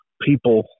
people